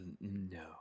No